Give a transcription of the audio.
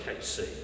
KC